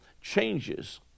changes